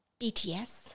BTS